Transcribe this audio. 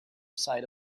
side